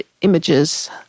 images